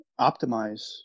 optimize